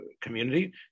community